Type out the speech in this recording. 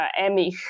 Emich